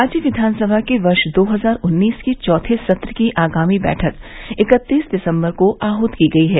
राज्य विधानसभा के वर्ष दो हजार उन्नीस के चौथे सत्र की आगामी बैठक इक्तीस दिसम्बर को आहूत की गई है